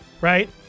right